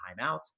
timeout